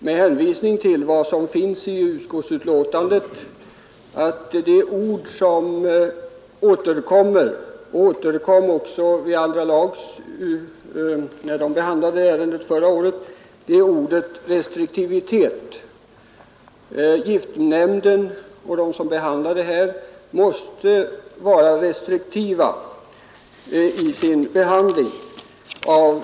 Med hänvisning till vad som anförts i utskottsbetänkandet vill jag gärna säga att det ord som återkommer — och som också återkom när andra lagutskottet behandlade ärendet förra året — är ordet restriktivitet. Vi anför att giftnämnden, och andra som behandlar dessa frågor, måste vara restriktiva i sin behandling.